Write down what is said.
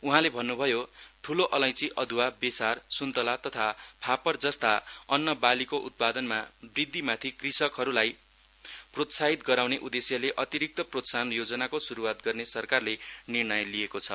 उहाँले भन्नुभयो ठूलो अलैचि अद्वा बेसार सुन्तोला तथा फापर जस्ता अन्न बालीको उत्पादमा वृद्धिमाथि कृषकहरूलाई प्रोस्ताहित गराउने उदेश्यले अतिरिक्त प्रोत्साहन योजनाको श्रूवात गर्ने सरकारले निर्णय लिएको छ